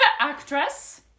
Actress